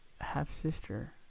half-sister